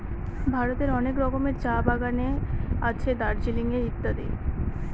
ভারতের অনেক রকমের চা বাগানে আছে দার্জিলিং এ ইত্যাদি